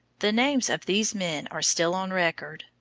the names of these men are still on record.